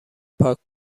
پاک